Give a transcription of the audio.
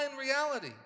reality